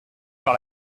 par